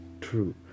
true